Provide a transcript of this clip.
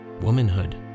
womanhood